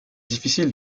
difficile